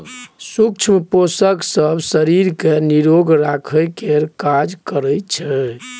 सुक्ष्म पोषक सब शरीर केँ निरोग राखय केर काज करइ छै